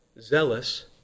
zealous